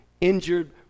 injured